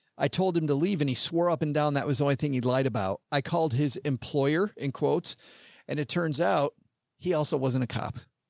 i told him to leave and he swore up and down. that was the only thing he'd lied about. i called his employer in quotes and it turns out he also wasn't a cop.